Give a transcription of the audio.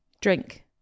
Drink